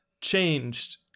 changed